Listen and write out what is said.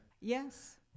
Yes